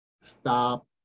stop